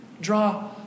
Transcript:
draw